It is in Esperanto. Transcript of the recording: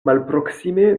malproksime